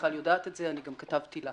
מיכל יודעת את זה, אני גם כתבתי לה.